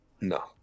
No